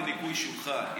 לניקוי שולחן,